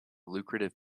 lucrative